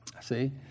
See